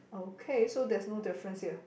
okay so there's no difference here